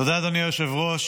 תודה, אדוני היושב-ראש.